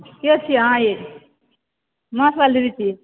के छी अहाँ यै माछवाली दीदी